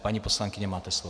Paní poslankyně, máte slovo.